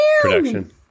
Production